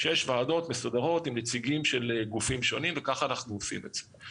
שיש ועדות מסודרות עם נציגים של גופים שונים וכך אנחנו עושים את זה.